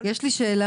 יש לי שאלה